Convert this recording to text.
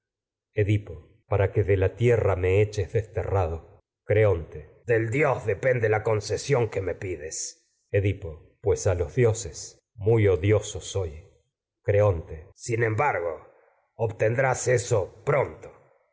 edipo para que de la tierra me eches desterrado creonte del dios depende la concesión que me pides edipo pues a los dioses muy odioso soy eso creonte edipo sin embargo obtendrás pronto